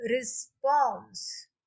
response